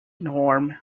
norm